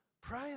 Pray